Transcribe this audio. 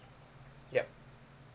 yup